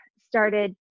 started